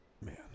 Man